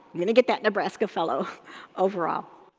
i'm gonna get that nebraska fellow overall.